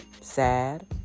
sad